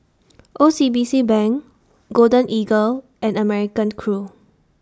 O C B C Bank Golden Eagle and American Crew